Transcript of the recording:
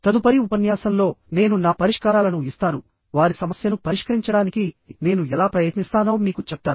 తదుపరి ఉపన్యాసంలో నేను నా పరిష్కారాలను ఇస్తాను వారి సమస్యను పరిష్కరించడానికి నేను ఎలా ప్రయత్నిస్తానో మీకు చెప్తాను